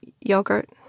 yogurt